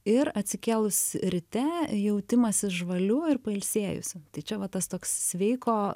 ir atsikėlus ryte jautimas žvaliu ir pailsėjusiu tai čia va tas toks sveiko